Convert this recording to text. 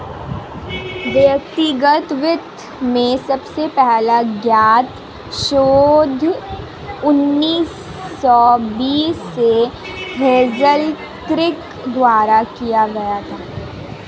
व्यक्तिगत वित्त में सबसे पहला ज्ञात शोध उन्नीस सौ बीस में हेज़ल किर्क द्वारा किया गया था